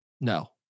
No